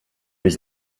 was